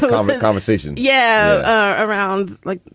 like um a conversation. yeah ah around like,